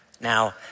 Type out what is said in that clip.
Now